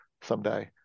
someday